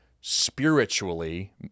spiritually